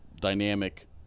dynamic